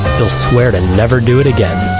you'll swear to never do it again.